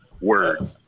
words